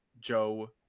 joe